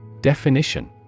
Definition